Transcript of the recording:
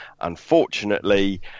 unfortunately